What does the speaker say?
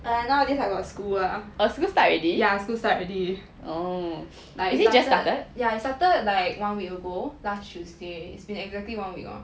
but nowadays I got school ah ya school start already like started it started like one week ago last tuesday it's been exactly one week lor